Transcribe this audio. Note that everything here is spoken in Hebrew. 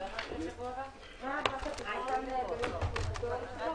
הישיבה ננעלה בשעה 11:00.